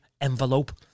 envelope